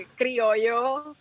criollo